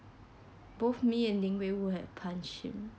both me and ling wei would have punched him